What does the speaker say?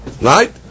Right